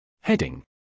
Heading